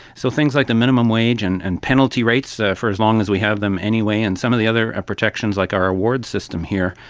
so things like the minimum wage and and penalty rates so for as long as we have them anyway, and some of the other protections like our award system here,